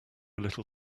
little